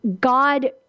God